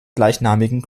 gleichnamigen